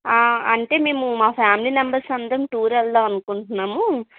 అంటే మేము మా ఫ్యామిలీ మెంబర్స్ అందరం టూర్ వెళ్ధామనుకుంటునాము